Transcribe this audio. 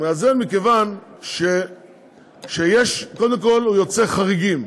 הוא מאזן מכיוון שיש, קודם כול הוא יוצר חריגים.